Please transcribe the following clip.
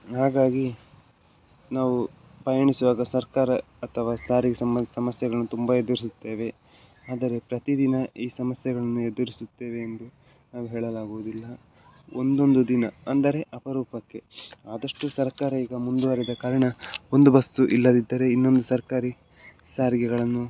ಹಾಗಾಗಿ ನಾವೂ ಪಯಣಿಸುವಾಗ ಸರ್ಕಾರ ಅಥವಾ ಸಾರಿಗೆ ಸಮಸ್ಯೆಗಳು ತುಂಬ ಎದುರಿಸುತ್ತೇವೆ ಆದರೆ ಪ್ರತಿದಿನ ಈ ಸಮಸ್ಯೆಗಳನ್ನು ಎದುರಿಸುತ್ತೇವೆ ಎಂದು ನಾವು ಹೇಳಲಾಗುವುದಿಲ್ಲ ಒಂದೊಂದು ದಿನ ಅಂದರೆ ಅಪರೂಪಕ್ಕೆ ಆದಷ್ಟು ಸರ್ಕಾರ ಈಗ ಮುಂದುವರೆದ ಕಾರಣ ಒಂದು ಬಸ್ಸು ಇಲ್ಲದಿದ್ದರೆ ಇನ್ನೊಂದು ಸರ್ಕಾರಿ ಸಾರಿಗೆಗಳನ್ನು